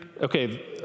okay